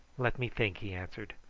let me think, he answered.